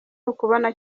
ukubona